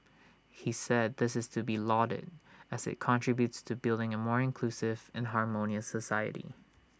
he said this is to be lauded as IT contributes to building A more inclusive and harmonious society